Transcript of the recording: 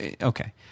Okay